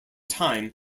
time